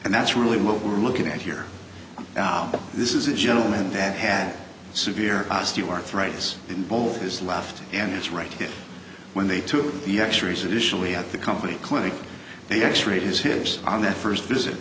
and that's really what we're looking at here this is a gentleman that had severe osteoarthritis in both his left and his right here when they took the x rays initially at the company clinic they x rayed his hips on that first visit